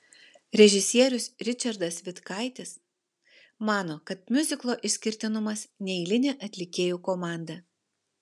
režisierius ričardas vitkaitis mano kad miuziklo išskirtinumas neeilinė atlikėjų komanda